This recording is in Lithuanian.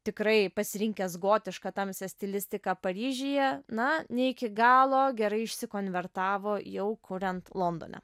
tikrai pasirinkęs gotišką tamsią stilistiką paryžiuje na ne iki galo gerai išsikonvertavo jau kuriant londone